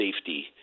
safety